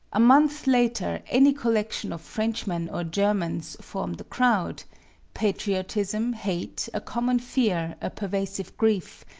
a month later any collection of frenchmen or germans formed a crowd patriotism, hate, a common fear, a pervasive grief,